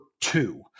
two